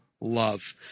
love